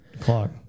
clock